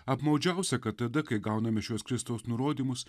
apmaudžiausia kad tada kai gauname šiuos kristaus nurodymus